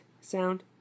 sound